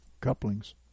couplings